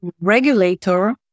regulator